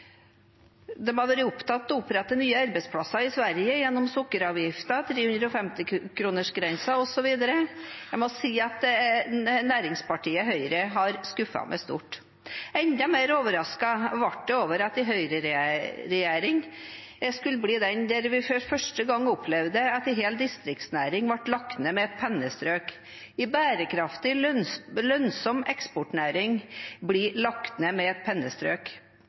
De har vært opptatt av å opprette nye arbeidsplasser i Sverige gjennom sukkeravgiften, 350 kroners-grensen osv. Jeg må si at næringspartiet Høyre har skuffet meg stort. Enda mer overrasket ble jeg over at det var med en høyreregjering vi for første gang opplevde at en hel distriktsnæring ble lagt ned med et pennestrøk. En bærekraftig, lønnsom eksportnæring blir lagt ned med et pennestrøk.